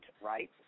right